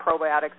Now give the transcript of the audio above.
probiotics